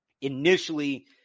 initially